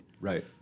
Right